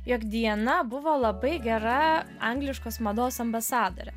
jog diana buvo labai gera angliškos mados ambasadorė